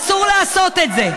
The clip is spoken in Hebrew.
אסור לעשות את זה.